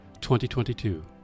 2022